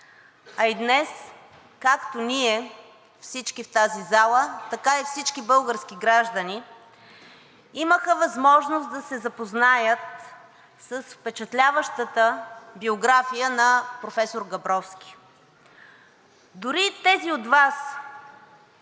а и днес както ние всички в тази зала, така и всички български граждани имаха възможност да се запознаят с впечатляващата биография на професор Габровски. Дори и тези от Вас,